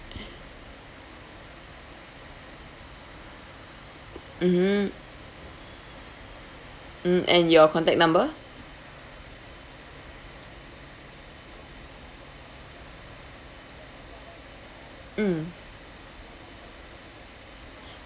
mmhmm mm and your contact number mm